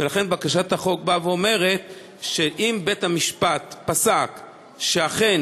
ולכן הצעת החוק באה ואומרת שאם בית-המשפט פסק שאכן